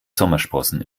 sommersprossen